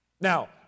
now